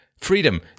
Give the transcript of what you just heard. freedom